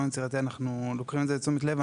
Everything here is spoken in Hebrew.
יצירתי: אנחנו לוקחים את זה לתשומת לבנו,